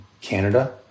Canada